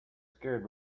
scared